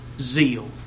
zeal